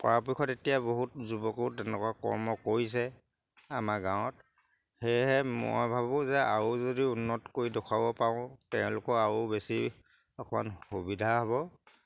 পৰাপক্ষত এতিয়া বহুত যুৱকো তেনেকুৱা কৰ্ম কৰিছে আমাৰ গাঁৱত সেয়েহে মই ভাবোঁ যে আৰু যদি উন্নত কৰি দেখুৱাব পাৰোঁ তেওঁলোকো আৰু বেছি অকণমান সুবিধা হ'ব